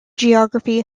geography